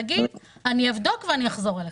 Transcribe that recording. תגיד שאתה תבדוק ואתה תחזור אלינו.